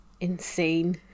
insane